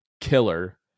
killer